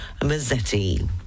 Mazzetti